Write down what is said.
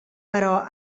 però